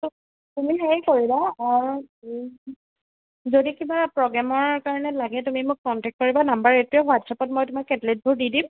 তুমি হেৰি কৰিবা যদি কিবা প্ৰগ্ৰেমৰ কাৰণে লাগে তুমি মোক কণ্টেক্ট কৰিবা নাম্বাৰ এইটোৱে হোৱাটছএপত মই তোমাক কেটেলেগবোৰ দি দিম